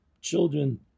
children